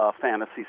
fantasy